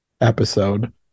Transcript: episode